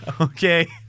Okay